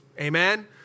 Amen